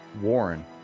Warren